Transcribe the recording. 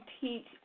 teach –